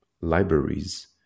libraries